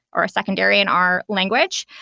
or a secondary in our language.